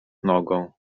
nogą